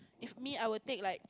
if me I will take like